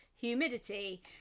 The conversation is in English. Humidity